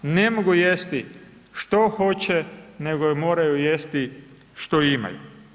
Ne mogu jesti što hoće, nego moraju jesti što imaju.